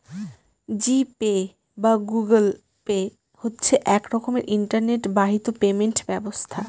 জি Pay বা Google Pay হচ্ছে এক রকমের ইন্টারনেট বাহিত পেমেন্ট ব্যবস্থা